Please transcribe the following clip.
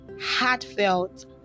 heartfelt